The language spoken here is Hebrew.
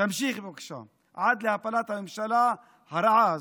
תמשיכי בבקשה עד להפלת הממשלה הרעה הזאת.